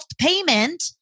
payment